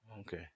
okay